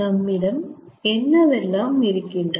நம்மிடம் என்னவெல்லாம் இருக்கின்றன